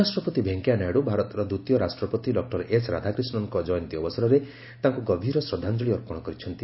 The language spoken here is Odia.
ଉପରାଷ୍ଟ୍ରପତି ଭେଙ୍କିୟା ନାଇଡୁ ଭାରତର ଦ୍ୱିତୀୟ ରାଷ୍ଟ୍ରପତି ଡକ୍କର ଏସ୍ ରାଧାକ୍ରିଷ୍ଠନଙ୍କ ଜୟନ୍ତୀ ଅବସରରେ ତାଙ୍କୁ ଗଭୀର ଶ୍ରଦ୍ଧାଞ୍ଜଳି ଅର୍ପଣ କରିଛନ୍ତି